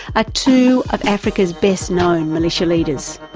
ah two of africa's best know militia leaders.